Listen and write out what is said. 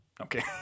Okay